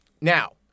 Now